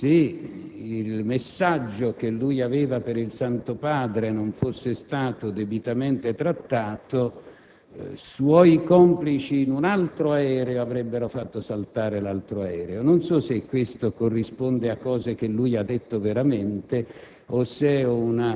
che, se il messaggio che lui aveva per il Santo Padre non fosse stato debitamente trattato, suoi complici avrebbero fatto saltare un altro aereo, su cui erano a bordo. Non so se questo corrisponde a cose che lui ha detto veramente